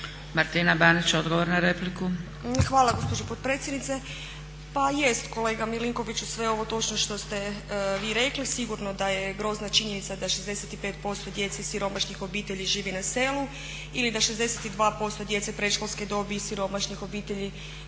**Banić, Martina (HDZ)** Hvala gospođo potpredsjednice. Pa jest kolega Milinkoviću sve je ovo točno što ste vi rekli. Sigurno da je grozna činjenica da 65% djece i siromašnih obitelji živi na selu ili da 62% djece predškolske dobi iz siromašnih obitelji